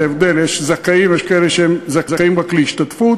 יש הבדל, יש כאלה שזכאים רק להשתתפות.